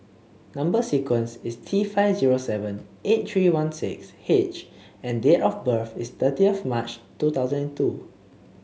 number sequence is T five zero seven eight three one six H and date of birth is thirtieth March two thousand and two